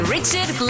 Richard